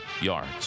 yards